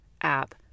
app